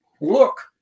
look